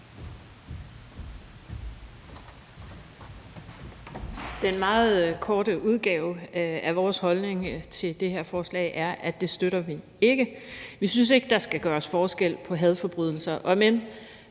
Den meget korte udgave af vores holdning til det her forslag er, at det støtter vi ikke. Vi synes ikke, der skal gøres forskel på hadforbrydelser,